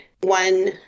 one